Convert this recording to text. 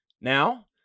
Now